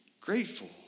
grateful